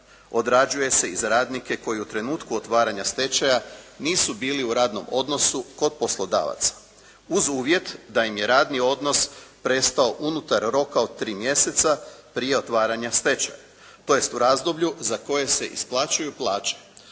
odrađuje se i za radnike koji u trenutku otvaranja stečaja nisu bili u radnom odnosu kod poslodavaca uz uvjet da im je radni odnos prestao unutar roka od tri mjeseca prije otvaranja stečaja, tj. u razdoblju za koje se isplaćuju plaće.